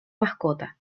mascota